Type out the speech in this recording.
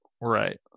right